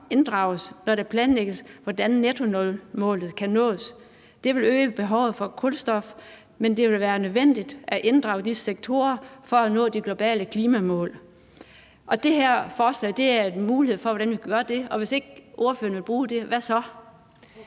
inddrages, når det planlægges, hvordan nettonulmålet skal nås. Det vil øge behovet for kulstof, men det vil være nødvendigt at inddrage disse sektorer for at nå de globale klimamål.« Det her forslag er et bud på en mulighed for at kunne gøre det, og hvis ikke ordføreren vil bruge det, hvad så?